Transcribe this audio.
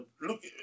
look